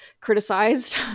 criticized